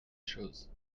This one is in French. choses